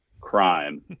crime